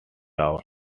rao